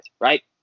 right